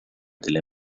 delle